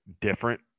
different